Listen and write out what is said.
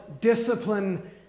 discipline